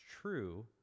true